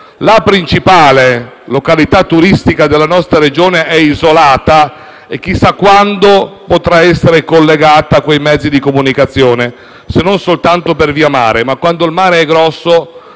la principale località turistica della nostra Regione è isolata e chissà quando potrà essere collegata con i mezzi di comunicazione, se non soltanto via mare, ma quando il mare è grosso